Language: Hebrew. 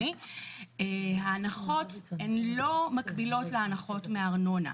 ההנחות הן לא מקבילות להנחות מארנונה.